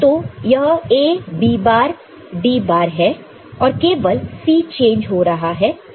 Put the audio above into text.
तो यह A B bar D bar है और केवल C चेंज हो रहा है C से C बार में